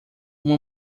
uma